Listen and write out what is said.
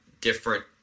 different